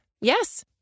Yes